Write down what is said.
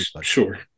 sure